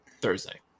Thursday